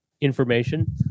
information